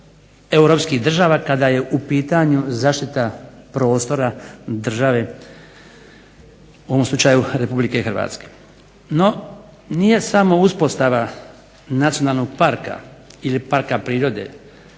europskih država kada je u pitanju zaštita prostora države u ovom slučaju Republike Hrvatske. No nije samo uspostava nacionalnog parka ili parka prirode